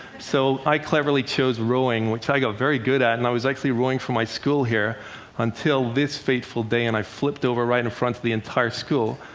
so i cleverly chose rowing, which i got very good at. and i was actually rowing for my school here until this fateful day, and i flipped over right in front of the entire school.